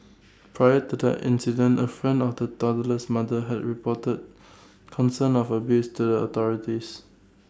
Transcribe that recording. prior to the incident A friend of the toddler's mother had reported concerns of abuse to the authorities